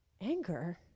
Anger